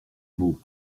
mots